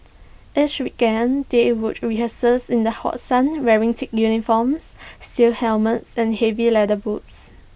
each weekend they would rehearse in the hot sun wearing thick uniforms steel helmets and heavy leather boots